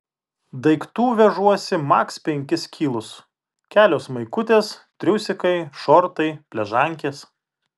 daiktų vežuosi maks penkis kilus kelios maikutės triusikai šortai pležankės